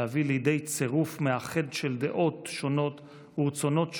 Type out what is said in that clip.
להביא לידי צירוף מאחד של דעות שונות ורצונות שונים,